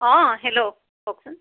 অঁ হেল্ল' কওকচোন